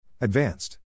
Advanced